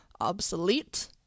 Obsolete